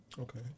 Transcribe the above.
Okay